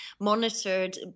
monitored